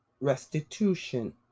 restitution